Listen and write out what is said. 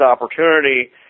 opportunity